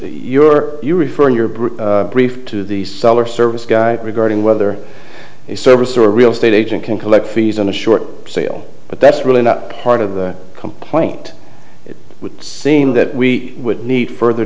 you're you referring your bridge brief to the cellar service guy regarding whether a service or a real estate agent can collect fees on a short sale but that's really not part of the complaint it would seem that we would need further